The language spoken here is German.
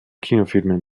kinofilmen